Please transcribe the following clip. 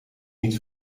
niet